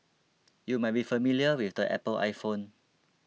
you might be familiar with the Apple iPhone